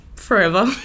Forever